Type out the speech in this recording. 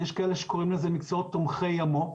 יש כאלה שקוראים לזה מקצועות תומכי המו"פ